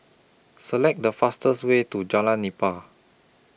Select The fastest Way to Jalan Nipah